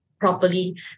properly